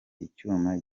icyuma